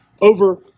over